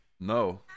No